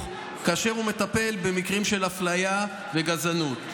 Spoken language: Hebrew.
כאשר הוא מטפל במקרים של אפליה וגזענות.